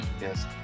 yes